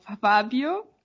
Fabio